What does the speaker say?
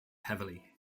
heavily